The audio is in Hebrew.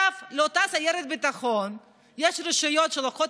לאותה סיירת ביטחון יש רשויות שלוקחות